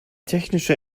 technische